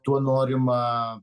tuo norima